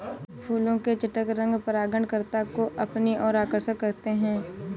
फूलों के चटक रंग परागणकर्ता को अपनी ओर आकर्षक करते हैं